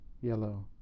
yellow